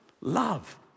love